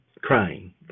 crying